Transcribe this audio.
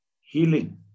Healing